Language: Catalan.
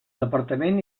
departament